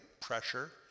Pressure